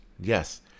Yes